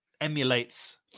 emulates